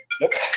Okay